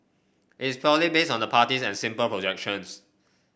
its purely based on the parties and simple projections